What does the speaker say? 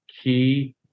key